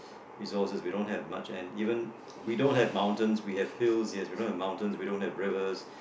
resources we don't have much and even we don't have mountains we have fields yes we don't have mountains we don't have rivers